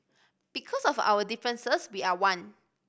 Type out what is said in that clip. because of our differences we are one